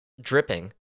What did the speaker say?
dripping